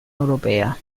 europea